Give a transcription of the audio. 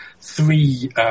three